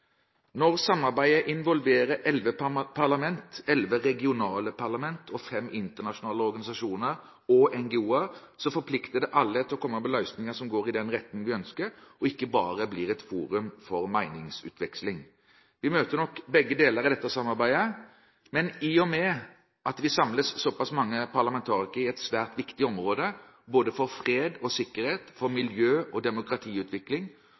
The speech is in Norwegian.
Når samarbeidet involverer elleve parlament, elleve regionale parlament og fem internasjonale organisasjoner og noen NGO-er, forplikter det alle til å komme med løsninger som går i den retningen vi ønsker, slik at den ikke bare blir et forum for meningsutveksling. Vi møter nok begge deler i dette samarbeidet. Men i og med at vi samles såpass mange parlamentarikere i et svært viktig område både for fred og sikkerhet og for miljø og demokratiutvikling,